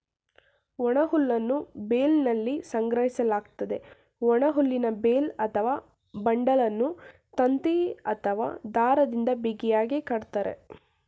ಒಣಹುಲ್ಲನ್ನು ಬೇಲ್ನಲ್ಲಿ ಸಂಗ್ರಹಿಸಲಾಗ್ತದೆ, ಒಣಹುಲ್ಲಿನ ಬೇಲ್ ಅಥವಾ ಬಂಡಲನ್ನು ತಂತಿ ಅಥವಾ ದಾರದಿಂದ ಬಿಗಿಯಾಗಿ ಕಟ್ತರೆ